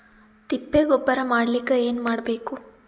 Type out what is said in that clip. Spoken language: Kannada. ತಿಪ್ಪೆ ಗೊಬ್ಬರ ಮಾಡಲಿಕ ಏನ್ ಮಾಡಬೇಕು?